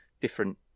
different